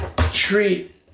treat